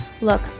Look